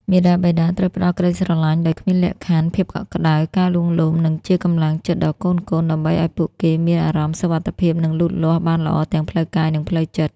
មាតាបិតាត្រូវផ្ដល់ក្ដីស្រឡាញ់ដោយគ្មានលក្ខខណ្ឌ ភាពកក់ក្ដៅ ការលួងលោម និងជាកម្លាំងចិត្តដល់កូនៗ ដើម្បីឲ្យពួកគេមានអារម្មណ៍សុវត្ថិភាព និងលូតលាស់បានល្អទាំងផ្លូវកាយ និងផ្លូវចិត្ត។